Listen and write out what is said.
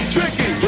Tricky